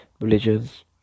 religions